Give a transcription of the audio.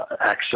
access